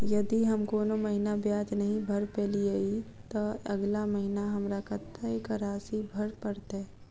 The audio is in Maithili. यदि हम कोनो महीना ब्याज नहि भर पेलीअइ, तऽ अगिला महीना हमरा कत्तेक राशि भर पड़तय?